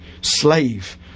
slave